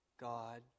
God